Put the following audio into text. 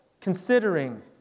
considering